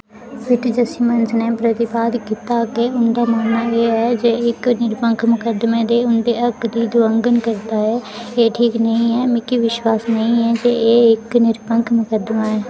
नै प्रतिवाद कीता के उं'दा मन्नना ऐ जे एह् इक निरपक्ख मुक़दमे दे उं'दे हक्क दी लुआंघन करदा ऐ एह् ठीक नेईं ऐ मिगी विश्वास नेईं ऐ जे एह् इक निरपक्ख मुकद्दमा ऐ